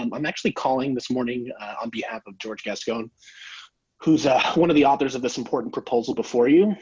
um i'm actually calling this morning on behalf of george casco and who's ah one of the authors of this important proposal before you,